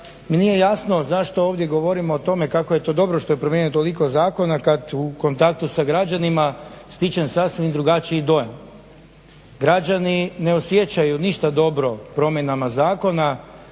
mi nije jasno zašto ovdje govorimo o tome kako je to dobro što je promijenjeno toliko zakona kad u kontaktu sa građanima stječem sasvim drugačiji dojam. Građani ne osjećaju ništa dobro promjenama zakona,